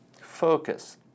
focus